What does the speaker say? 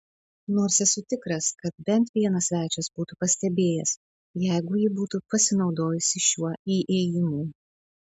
nors esu tikras kad bent vienas svečias būtų pastebėjęs jeigu ji būtų pasinaudojusi šiuo įėjimu